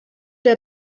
der